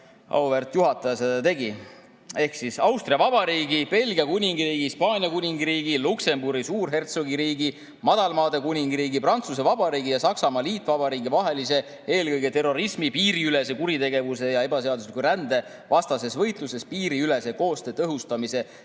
auväärt juhataja seda tegi: Austria Vabariigi, Belgia Kuningriigi, Hispaania Kuningriigi, Luksemburgi Suurhertsogiriigi, Madalmaade Kuningriigi, Prantsuse Vabariigi ja Saksamaa Liitvabariigi vahelise eelkõige terrorismi‑, piiriülese kuritegevuse ja ebaseadusliku rände vastases võitluses piiriülese koostöö tõhustamise lepinguga